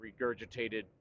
regurgitated